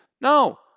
No